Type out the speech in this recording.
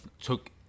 took